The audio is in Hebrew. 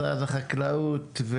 משרד החקלאות.